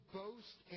boast